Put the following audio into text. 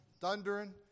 thundering